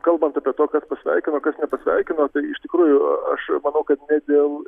kalbant apie to kad pasveikino kas nepasveikino tai iš tikrųjų aš manau kad ne dėl